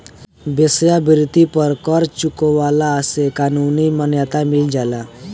वेश्यावृत्ति पर कर चुकवला से कानूनी मान्यता मिल जाला